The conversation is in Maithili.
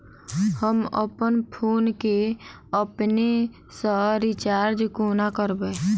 हम अप्पन फोन केँ अपने सँ रिचार्ज कोना करबै?